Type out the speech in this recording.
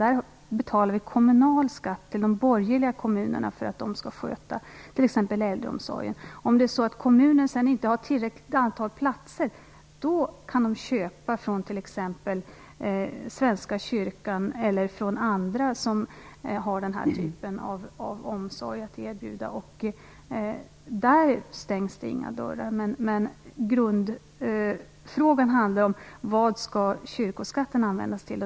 Vi betalar kommunal skatt till de borgerliga kommunerna för att de skall sköta t.ex. Om kommunen inte har tillräckligt antal platser kan man köpa från t.ex. Svenska kyrkan eller från andra som har denna typ av omsorg att erbjuda. Där stängs det inga dörrar. Grundfrågan handlar om vad kyrkoskatten skall användas till.